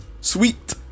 Sweet